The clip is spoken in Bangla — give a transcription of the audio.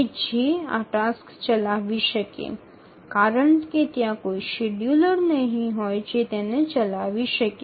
এগুলি এই কাজগুলি পরিচালনা করতে পারে কারণ সেখানে কোনও সময়সূচী নেই যা এটি চালাতে পারে